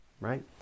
right